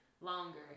longer